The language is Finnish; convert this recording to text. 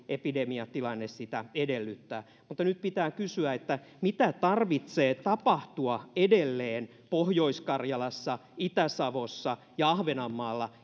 epidemiatilanne sitä edellyttää mutta nyt pitää kysyä että mitä tarvitsee tapahtua edelleen pohjois karjalassa itä savossa ja ahvenanmaalla